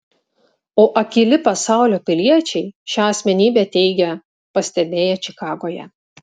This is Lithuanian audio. o akyli pasaulio piliečiai šią asmenybę teigia pastebėję čikagoje